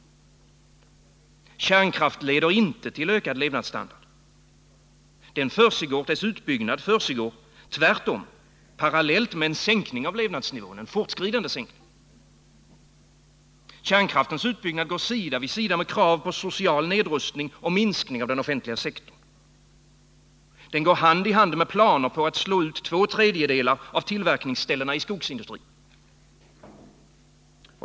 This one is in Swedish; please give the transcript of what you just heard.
Kärnkraft leder inte till ökad levnadsstandard. Dess utbyggnad försiggår tvärtom parallellt med en fortskridande sänkning av levnadsnivån. Kärnkraftens utbyggnad går sida vid sida med krav på social nedrustning och minskning av den offentliga sektorn. Den går hand i hand med planer på att slå ut två tredjedelar av tillverkningsställena i skogsindustrin.